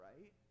right